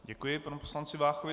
Děkuji panu poslanci Váchovi.